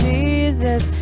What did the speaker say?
Jesus